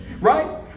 Right